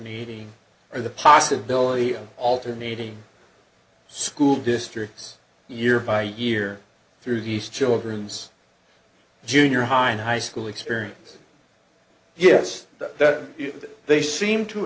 meeting or the possibility of alternating school districts year by year through these children's junior high and high school experience yes that they seem to